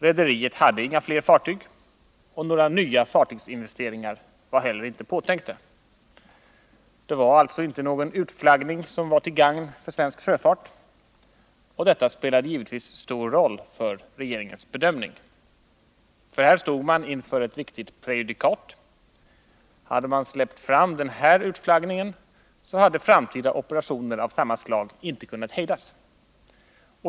Rederiet hade inga flera fartyg och några nya fartygsinvesteringar var inte heller påtänkta. Utflaggningen var alltså inte till gagn för svensk sjöfart, och detta spelade givetvis en stor roll för regeringens bedömning. Här stod man inför ett viktigt prejudikat. Hade man släppt fram denna utflaggning, hade framtida operationer av samma slag inte kunnat hejdas.